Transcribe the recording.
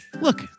Look